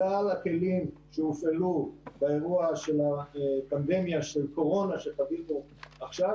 כלל הכלים שהופעלו באירוע הפנדמיה של קורונה שחווינו עכשיו,